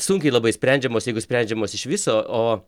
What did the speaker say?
sunkiai labai sprendžiamos jeigu sprendžiamos iš viso o